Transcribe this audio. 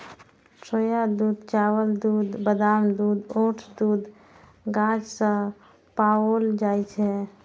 सोया दूध, चावल दूध, बादाम दूध, ओट्स दूध गाछ सं पाओल जाए छै